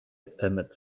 emmett